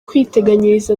kwiteganyiriza